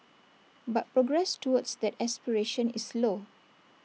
but progress towards that aspiration is slow